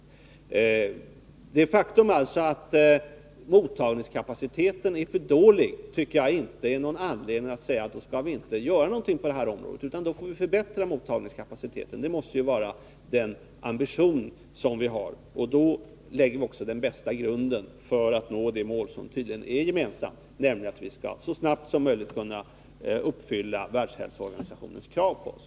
25 november 1982 Det faktum att mottagningskapaciteten är för dålig är inte, tycker jag, någon anledning till att inte göra något på det här området, utan vi får Om en landsom förbättra mottagningskapaciteten. Det måste vara vår ambition. Därigenom fattande blodgivar lägger vi också den bästa grunden för att nå det mål som tydligen är gemensamt, nämligen att vi skall, så snabbt som möjligt, kunna uppfylla Världshälsoorganisationens krav på oss.